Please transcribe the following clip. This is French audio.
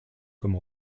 comme